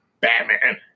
Batman